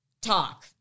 talk